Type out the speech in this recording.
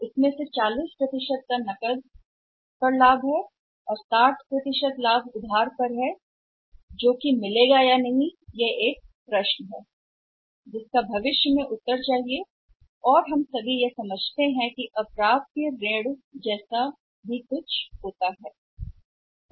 इसलिए इसमें से केवल ४० प्रतिशत नकद लाभ ६० है क्रेडिट प्रॉफिट इस 60 क्रेडिट प्रॉफिट का एहसास होगा या नहीं यह सवाल होगा भविष्य में जवाब देने के लिए और हम सभी समझते हैं कि कुछ राशि है जिसे बुरा कहा जाता है ऋण सही है